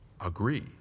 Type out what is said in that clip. agree